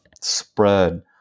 spread